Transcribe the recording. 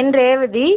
என் Revathi